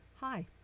Hi